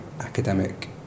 academic